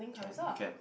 can you can